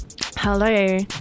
Hello